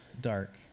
dark